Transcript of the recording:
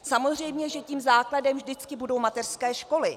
Samozřejmě že tím základem vždycky budou mateřské školy.